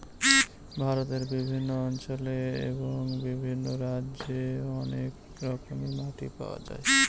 ভারতের বিভিন্ন অঞ্চলে এবং বিভিন্ন রাজ্যে অনেক রকমের মাটি পাওয়া যায়